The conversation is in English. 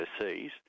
overseas